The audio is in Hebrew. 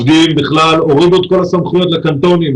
הורידו את כל הסמכויות לקנטונים,